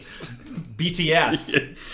BTS